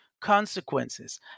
consequences